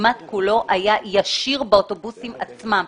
כמעט כולו היה ישיר באוטובוסים עצמם.